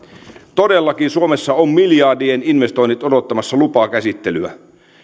todellakin suomessa on miljardien investoinnit odottamassa lupakäsittelyä